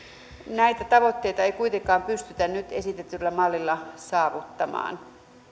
näitä tavoitteita ei kuitenkaan pystytä nyt esitetyllä mallilla saavuttamaan